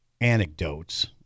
anecdotes